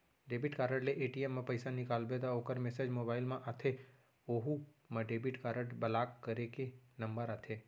debit card ले ATM म पइसा निकालबे त ओकर मेसेज मोबाइल म आथे ओहू म डेबिट कारड ब्लाक करे के नंबर आथे